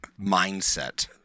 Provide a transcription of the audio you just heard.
mindset